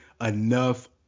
enough